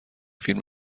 فیلم